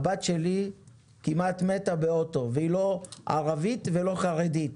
הבת שלי כמעט מתה באוטו והיא לא ערבית ולא חרדית.